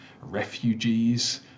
refugees